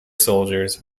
soldiers